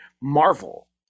marvel